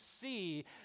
see